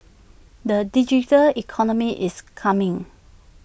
the digital economy is coming